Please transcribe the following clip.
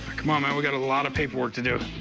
come on, man. we've got a lot of paperwork to do.